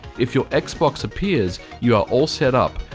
if your xbox appears, you are all set up.